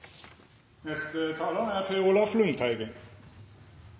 Neste talar er